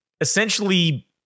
essentially